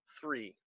Three